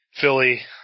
Philly